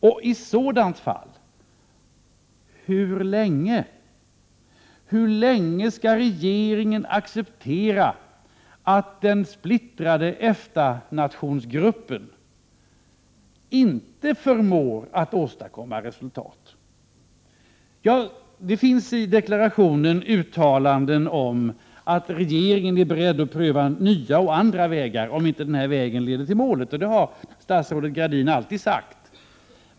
Och i sådant fall, hur länge skall regeringen acceptera att den splittrade EFTA-nationsgruppen inte förmår att åstadkomma resultat? Det finns i deklarationen uttalanden om att regeringen är beredd att pröva nya och andra vägar, om inte den här vägen leder till målet. Det har statsrådet Gradin alltid sagt.